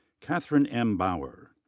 catherine m. bauer.